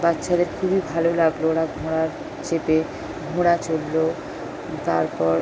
বাচ্চাদের খুবই ভালো লাগল ওরা ঘোড়ায় চেপে ঘোড়া চড়ল তারপর